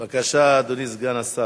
בבקשה, אדוני סגן השר.